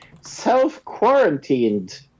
Self-Quarantined